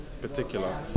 particular